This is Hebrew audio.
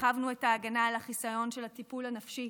הרחבנו את ההגנה על החיסיון של הטיפול הנפשי.